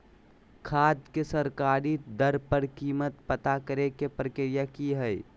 खाद के सरकारी दर पर कीमत पता करे के प्रक्रिया की हय?